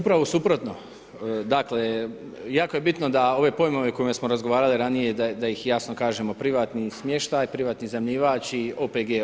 Upravo suprotno, dakle jako je bitno da ove pojmove o kojima smo razgovarali ranije da ih jasno kažemo, privatni smještaj, privatni iznajmljivač i OPG.